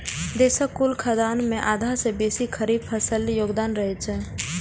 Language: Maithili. देशक कुल खाद्यान्न मे आधा सं बेसी खरीफ फसिलक योगदान रहै छै